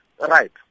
Right